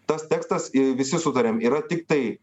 tas tekstas i visi sutarėm yra tiktai